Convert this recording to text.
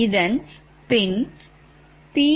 இதன் பின்PLoss40